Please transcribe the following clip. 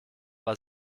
was